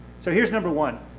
so here's number one,